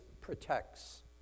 protects